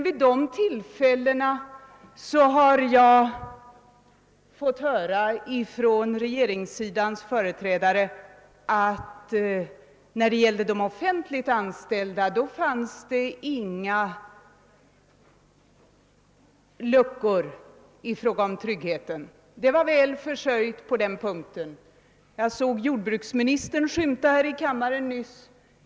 Vid de tillfällena har man från regeringspartiets företrädare fått höra att det när det gäller de offentligt anställda inte funnes några luckor i fråga om tryggheten; det skulle vara väl sörjt på den punkten. Jag såg jordbruksministern skymta i kammaren nyss.